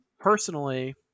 Personally